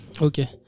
Okay